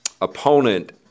opponent